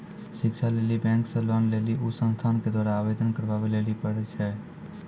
शिक्षा लेली बैंक से लोन लेली उ संस्थान के द्वारा आवेदन करबाबै लेली पर छै?